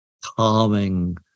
calming